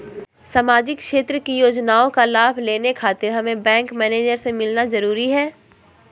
सामाजिक क्षेत्र की योजनाओं का लाभ लेने खातिर हमें बैंक मैनेजर से मिलना जरूरी है?